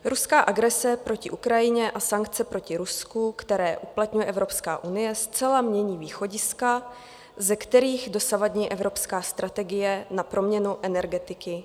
Ruská agrese proti Ukrajině a sankce proti Rusku, které uplatňuje Evropská unie, zcela mění východiska, ze kterých dosavadní evropská strategie na proměnu energetiky vycházela.